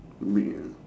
real